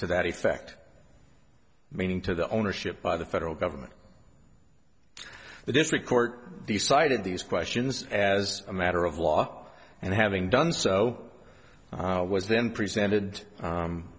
to that effect meaning to the ownership by the federal government the district court decided these questions as a matter of law and having done so was then presented